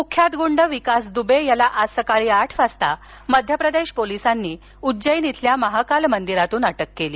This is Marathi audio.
कुख्यात गुंड विकास दुबे याला आज सकाळी आठ वाजता मध्यप्रदेश पोलिसांनी उज्जैन इथल्या महाकाली मंदिर येथून अटक केली